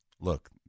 Look